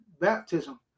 baptism